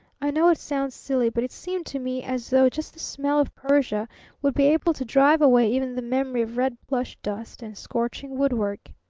i know it sounds silly, but it seemed to me as though just the smell of persia would be able to drive away even the memory of red plush dust and scorching woodwork.